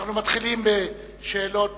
אנחנו מתחילים בשאלות.